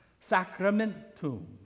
Sacramentum